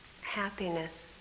happiness